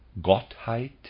Gottheit